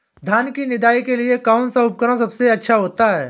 धान की निदाई के लिए कौन सा उपकरण सबसे अच्छा होता है?